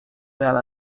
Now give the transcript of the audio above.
well